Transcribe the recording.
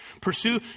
Pursue